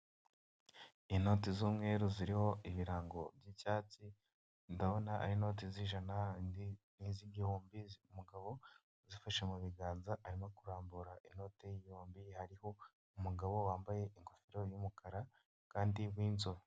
Inoti z'umweru ziriho ibirango by'icyatsi ndabona ari inote z'ijana n'iz'igihumbi umugabo uzifashe mu biganza arimo kurambura inote zombi hariho umugabo wambaye ingofero y'umukara kandi w'inzobe.